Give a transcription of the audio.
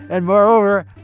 and moreover,